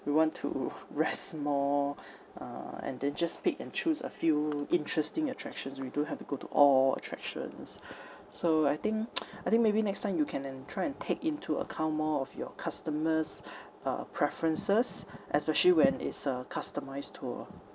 we want to rest more uh and then just pick and choose a few interesting attractions we don't have to go to all attractions so I think I think maybe next time you can and try and take into account more of your customers' uh preferences especially when it's a customised tour